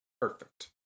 Perfect